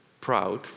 proud